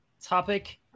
topic